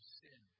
sin